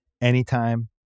Anytime